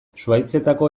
zuhaitzetako